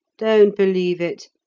don't believe it.